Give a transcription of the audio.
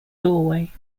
doorway